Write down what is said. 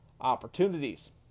opportunities